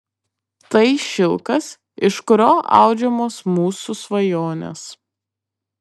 tai šilkas iš kurio audžiamos mūsų svajonės